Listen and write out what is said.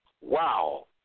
Wow